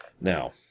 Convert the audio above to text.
Now